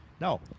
No